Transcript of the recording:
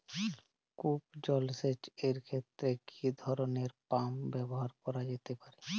কূপ জলসেচ এর ক্ষেত্রে কি ধরনের পাম্প ব্যবহার করা যেতে পারে?